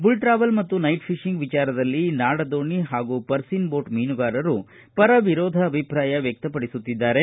bull trawl ಮತ್ತು night fishing ವಿಚಾರದಲ್ಲಿ ನಾಡದೋಣಿ ಹಾಗೂ ಪರ್ಸಿನ್ ಬೋಟ್ ಮೀನುಗಾರರು ಪರ ವಿರೋಧ ಅಭಿಪ್ರಾಯ ವ್ಯಕ್ತಪಡಿಸುತ್ತಿದ್ದಾರೆ